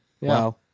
Wow